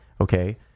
Okay